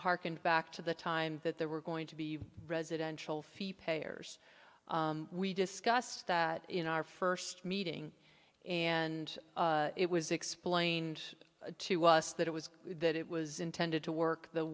harken back to the time that they were going to be residential fee payers we discussed that in our first meeting and it was explained to us that it was that it was intended to work the